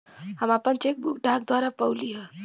हम आपन cheque book डाक द्वारा पउली है